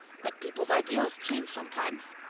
but people's ideals change sometimes.